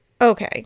Okay